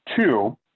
two